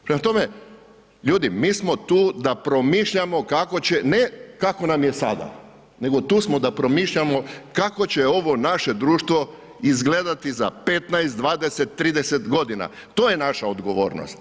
Prema tome, ljudi, mi smo tu da promišljamo kako će ne kako nam je sada, nego tu smo da promišljamo kako će ovo naše društvo izgledati za 15, 20, 30 g., to je naša odgovornost.